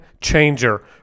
changer